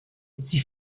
sie